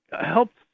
helped